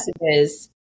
messages